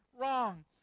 wrong